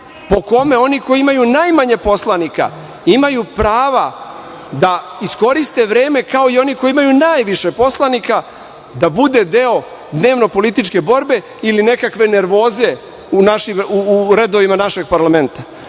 po kome oni koji imaju najmanje poslanika imaju prava da iskoriste vreme, kao i oni koji imaju najviše poslanika da bude deo dnevno političke borbe ili nekakve nervoze u našim redovima, redovima našeg parlamenta. Ovi